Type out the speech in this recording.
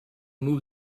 move